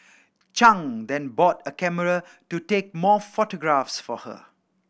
Chang then bought a camera to take more photographs for her